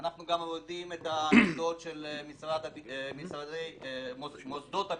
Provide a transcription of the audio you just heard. אנחנו גם יודעים את העמדות של מוסדות הביטחון,